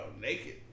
naked